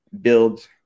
build